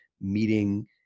meeting